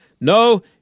No